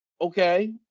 okay